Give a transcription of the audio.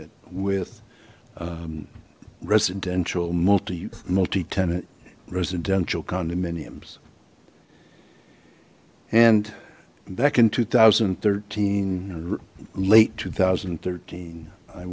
it with residential multi multi tenant residential condominiums and back in two thousand and thirteen late two thousand and thirteen i